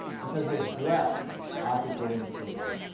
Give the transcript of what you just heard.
because they've blessed object-oriented programming.